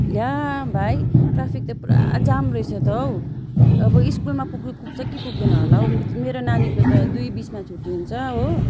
ला भाइ ट्राफिक त पुरा जाम रहेछ त हौ अबो स्कुलमा पुग्नु पुग्छ कि पुग्दैन होला हौ मेरो नानीको त दुई बिसमा छुट्टी हुन्छ हो